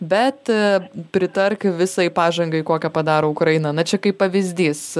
bet pritark visai pažangai kokio padaro ukraina na čia kaip pavyzdys